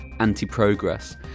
anti-progress